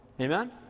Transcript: Amen